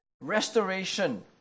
restoration